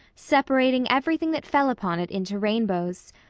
separating everything that fell upon it into rainbows.